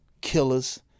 Killers